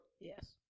Yes